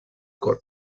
corb